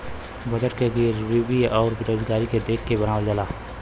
budget के गरीबी आउर बेरोजगारी के देख के बनावल जाला